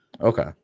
Okay